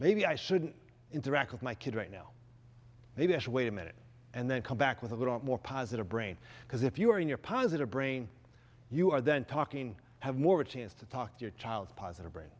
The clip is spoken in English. maybe i shouldn't interact with my kid right now maybe i should wait a minute and then come back with a little more positive brain because if you are in your positive brain you are then talking have more chance to talk to your child positive bra